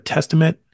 Testament